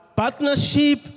partnership